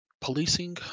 policing